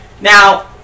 now